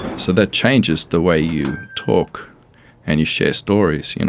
so that changes the way you talk and you share stories. you know